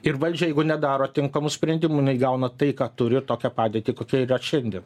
ir valdžia jeigu nedaro tinkamų sprendimų jinai gauna tai ką turi ir tokią padėtį kokia yra šiandien